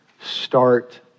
Start